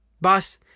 boss